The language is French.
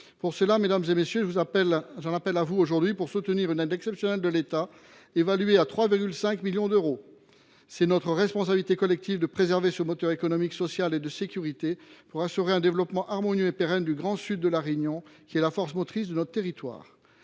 lors, mes chers collègues, j’en appelle à vous aujourd’hui pour soutenir une aide exceptionnelle de l’État, évaluée à 3,5 millions d’euros. C’est notre responsabilité collective de préserver ce moteur économique, social et de sécurité à même d’assurer un développement harmonieux et pérenne du Grand Sud de La Réunion, qui est la force motrice de notre territoire.